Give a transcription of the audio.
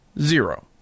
zero